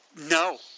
No